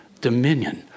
dominion